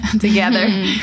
together